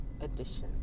edition